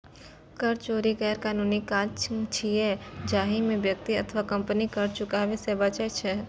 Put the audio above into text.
कर चोरी गैरकानूनी काज छियै, जाहि मे व्यक्ति अथवा कंपनी कर चुकाबै सं बचै छै